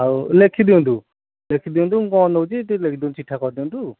ଆଉ ଲେଖି ଦିଅନ୍ତୁ ଲେଖି ଦିଅନ୍ତୁ ମୁଁ କ'ଣ ନଉଛି ଟିକେ ଲେଖି ଦିଅନ୍ତୁ ଚିଠା କରି ଦିଅନ୍ତୁ